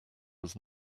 was